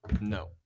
No